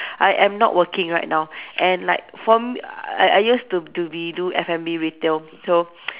I am not working right now and like from I I used to to be do F&B retail so